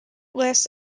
less